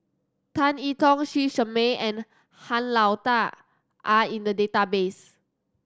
Tan I Tong Lee Shermay and Han Lao Da are in the database